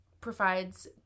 provides